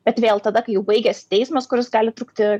bet vėl tada kai jau baigiasi teismas kuris gali trukti